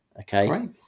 Okay